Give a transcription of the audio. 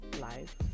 life